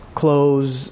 clothes